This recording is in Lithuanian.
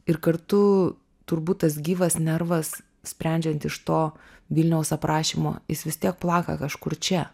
ir kartu turbūt tas gyvas nervas sprendžiant iš to vilniaus aprašymo jis vis tiek plaka kažkur čia